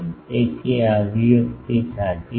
તેથી આ અભિવ્યક્તિ સાચી છે